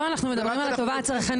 אנחנו מדברים כרגע על הטבה צרכנית.